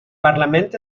parlament